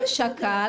-- הוא שקל,